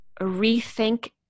rethink